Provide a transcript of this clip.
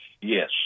Yes